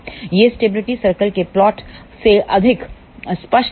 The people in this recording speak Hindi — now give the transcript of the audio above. यह स्टेबिलिटी सर्कल के प्लॉट से अधिक स्पष्ट होगा